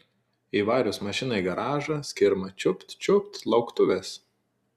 įvarius mašiną į garažą skirma čiupt čiupt lauktuvės